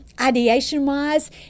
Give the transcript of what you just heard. Ideation-wise